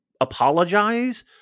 apologize